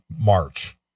March